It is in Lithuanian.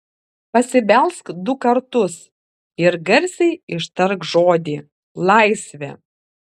pasibelsk du kartus ir garsiai ištark žodį laisvė